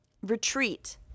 retreat